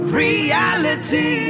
reality